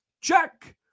check